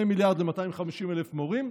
מיליארד ל-250,000 מורים,